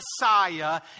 Messiah